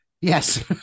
Yes